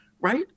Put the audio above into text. Right